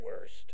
worst